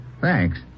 Thanks